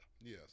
Yes